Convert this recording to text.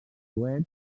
coets